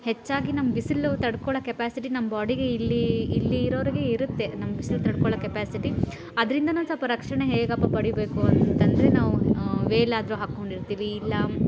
ಹೆಚ್ಚಾಗಿ ನಮ್ಗೆ ಬಿಸಿಲು ತಡ್ಕೊಳ್ಳೋ ಕೆಪಾಸಿಟಿ ನಮ್ಮ ಬಾಡಿಗೆ ಇಲ್ಲಿ ಇಲ್ಲಿ ಇರೋರಿಗೆ ಇರುತ್ತೆ ನಮ್ಗೆ ಬಿಸಿಲು ತಡ್ಕೊಳ್ಳೋ ಕೆಪಾಸಿಟಿ ಅದರಿಂದ ನಾವು ಸ್ವಲ್ಪ ರಕ್ಷಣೆ ಹೇಗಪ್ಪ ಪಡೀಬೇಕು ಅಂತಂದರೆ ನಾವು ವೇಲ್ ಆದರೂ ಹಾಕೊಂಡಿರ್ತೀವಿ ಇಲ್ಲ